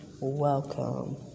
welcome